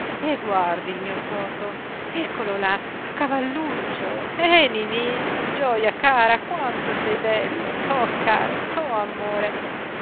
e guardi il mio toto eccolo là a cavalluccio eh niní gioja cara quanto sei bello to caro to amore